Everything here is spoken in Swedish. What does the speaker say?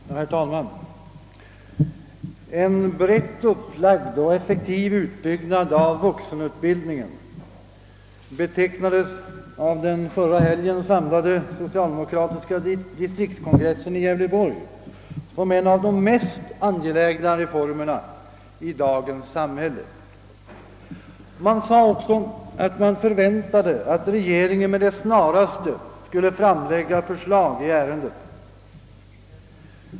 Herr talman! En brett upplagd och effektiv utbyggnad av vuxenutbildningen betecknades av den under förra helgen samlade socialdemokratiska distriktskongressen i Gävleborg som en av de mest angelägna reformerna i dagens samhälle. Man sade också att man förväntade att regeringen med det snaraste skulle framlägga förslag i ärendet.